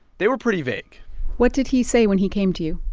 they were pretty vague what did he say when he came to you?